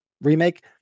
remake